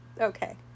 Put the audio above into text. Okay